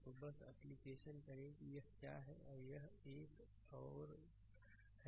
तो बस एप्लीकेशन करें कि यह क्या है यह एक और है